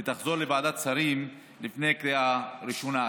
ותחזור לוועדת שרים לפני הקריאה הראשונה.